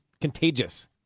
contagious